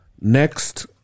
next